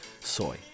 soy